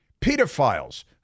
Pedophiles